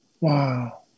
Wow